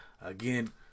Again